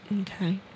okay